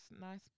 nice